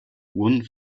one